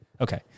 Okay